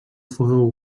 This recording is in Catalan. fou